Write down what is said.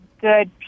good